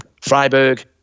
Freiburg